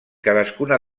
cadascuna